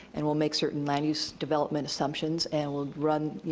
and we'll make certain land use development assumptions and we'll run, you